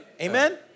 Amen